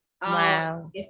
Wow